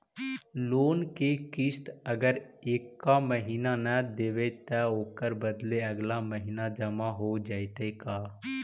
Loan के किस्त अगर एका महिना न देबै त ओकर बदले अगला महिना जमा हो जितै का?